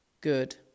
good